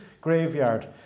graveyard